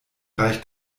reicht